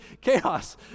chaos